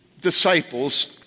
disciples